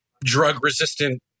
drug-resistant